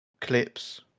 clips